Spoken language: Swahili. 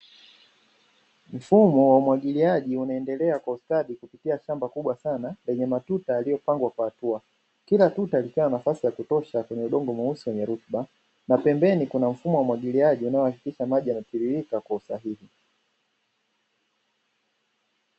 Mfumo wa umwagiliaji, unaendelea kwa ustadi kupitia shamba kubwa sana lenye matuta yaliyopangwa kwa hatua. Kila tuta likiwa na nafasi ya kutosha kwenye udongo mweusi wenye rutuba na pembeni kuna mfumo wa umwagiliaji unaohakikisha maji yanatiririka kwa usahihi.